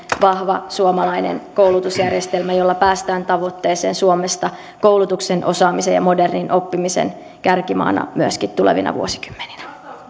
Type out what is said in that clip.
vahva suomalainen koulutusjärjestelmä jossa päästään tavoitteeseen suomesta koulutuksen osaamisen ja modernin oppimisen kärkimaana myöskin tulevina vuosikymmeninä